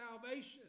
salvation